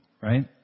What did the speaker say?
right